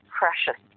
precious